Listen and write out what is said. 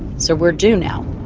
so we're due now,